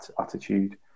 attitude